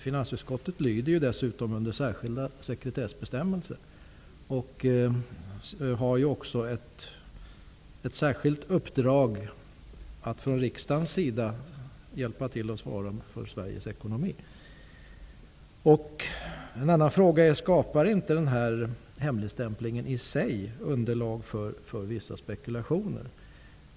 Finansutskottet lyder ju dessutom under särskilda sekretessbestämmelser och har ju också ett särskilt uppdrag att från riksdagens sida hjälpa till att svara för Sveriges ekonomi. En annan fråga är: Skapar inte den här hemligstämplingen i sig underlag för vissa spekulationer?